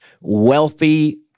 wealthy